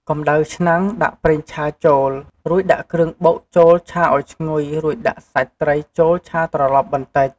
កំដៅឆ្នាំងដាក់ប្រេងឆាចូល រួចដាក់គ្រឿងបុកចូលឆាឱ្យឈ្ងុយរួចដាក់សាច់ត្រីចូលឆាត្រឡប់បន្តិច។